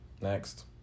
Next